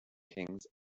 kings